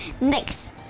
Next